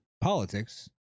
politics